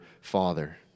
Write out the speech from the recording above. father